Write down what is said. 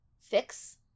fix